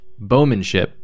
bowmanship